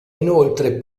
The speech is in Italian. inoltre